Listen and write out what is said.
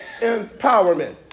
empowerment